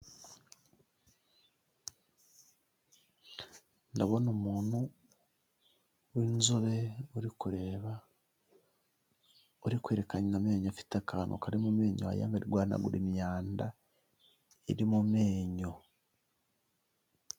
Ndabona umuntu w'inzobe uri kureba, uri kwerekana amenyo, afite akantu kari mu menyo wagirango ari guhanagura imyanda iri mu menyo.